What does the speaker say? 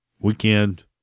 weekend